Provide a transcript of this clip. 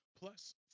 Plus